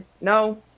no